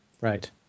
Right